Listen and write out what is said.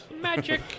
magic